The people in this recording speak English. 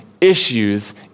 issues